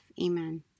Amen